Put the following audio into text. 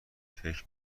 فکر